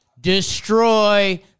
destroy